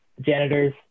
janitors